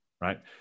Right